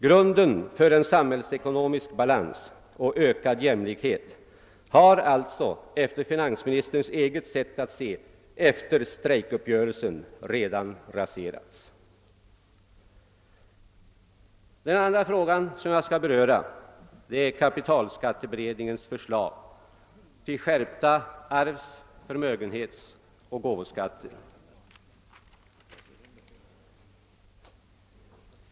Grunden för en samhällsekonomisk balans och ökad jämlikhet har alltså, enligt finansministerns eget sätt att se, efter strejkuppgörelsen raserats. Den andra fråga jag skall beröra är kapitalskatteberedningens förslag till skärpta arvs-, förmögenhetsoch gåvoskatter.